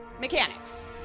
mechanics